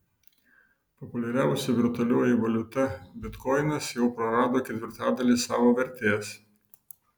populiariausia virtualioji valiuta bitkoinas jau prarado ketvirtadalį savo vertės